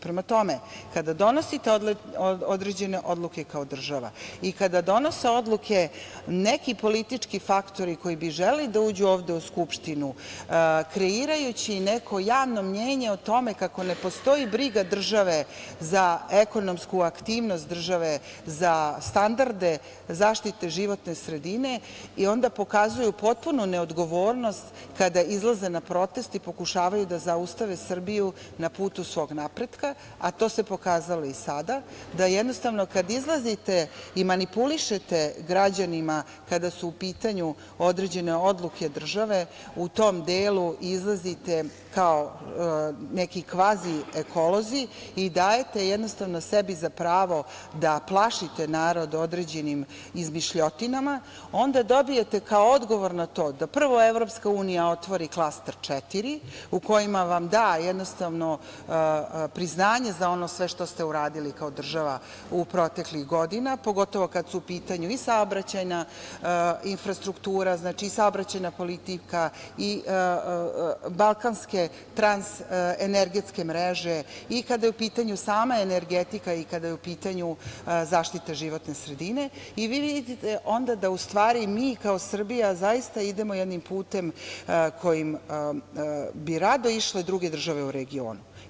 Prema tome, kada donosite određene odluke kao država i kada donose odluke neki politički faktori koji bi želeli da uđu ovde u Skupštinu, kreirajući neko javno mnjenje o tome kako ne postoji briga države za ekonomsku aktivnost države, za standarde zaštite životne sredine i onda pokazuju potpunu neodgovornost kada izlaze na proteste i pokušavaju da zaustave Srbiju na putu svog napretka, a to se pokazalo i sada, da jednostavno kada izlazite i manipulišete građanima kada su u pitanju određene odluke, države u tom delu izlazite kao neki kvazi ekolozi i dajete jednostavno sebi za pravo da plašite narod određenim izmišljotinama, onda dobijete kao odgovor na to da prvo Evropska unija otvori klaster 4, u kojima vam da priznanje za sve ono što ste uradili kao država u proteklih godina, pogotovo kada su u pitanju i saobraćajna infrastruktura i saobraćajna politika i balkanske trans energetske mreže i kada je u pitanju sama energetika i kada je u pitanju zaštita životne sredine i vi vidite onda da u stvari mi kao Srbija zaista idemo jednim putem kojim bi rado išle druge države u regionu.